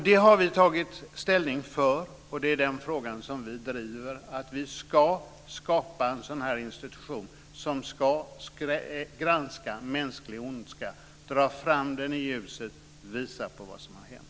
Det har vi tagit ställning för, och det är den frågan vi driver - att vi ska skapa en sådan här institution som ska granska mänsklig ondska, dra fram den i ljuset och visa vad som har hänt.